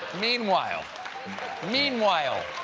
meanwhile meanwhile